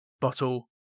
bottle